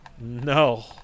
No